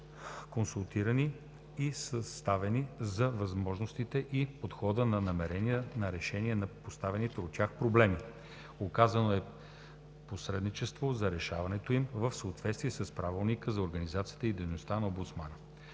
консултирани и съветвани за възможностите и подхода за намиране на решение на поставените от тях проблеми, оказвано е посредничество за решаването им, в съответствие с Правилника за организацията и дейността на омбудсмана.